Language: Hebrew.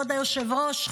כבוד היושב-ראש,